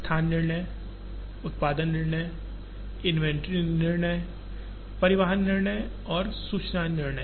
स्थान निर्णय उत्पादन निर्णय इन्वेंटरी निर्णय परिवहन निर्णय और सूचना निर्णय